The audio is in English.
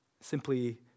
simply